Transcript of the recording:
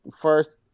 first